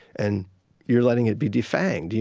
and you're letting it be defanged.